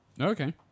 Okay